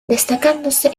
destacándose